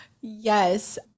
Yes